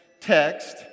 text